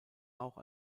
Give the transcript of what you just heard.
auch